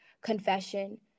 confession